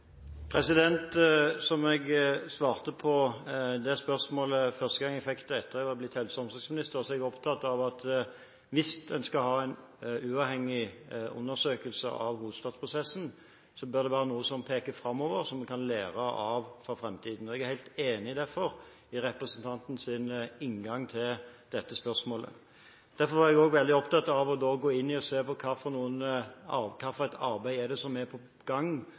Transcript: Som jeg svarte på dette spørsmålet første gang jeg fikk det etter at jeg var blitt helse- og omsorgsminister, er jeg opptatt av at hvis en skal ha en uavhengig undersøkelse av hovedstadsprosessen, bør det være noe som peker framover, og som vi kan lære av for framtiden. Jeg er derfor helt enig i representantens inngang til dette spørsmålet. Derfor var jeg også veldig opptatt av å gå inn og se på hvilket arbeid som er på gang, for å få svar på de spørsmålene som